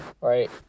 Right